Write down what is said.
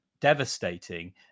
devastating